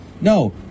No